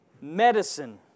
medicine